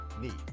need